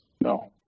No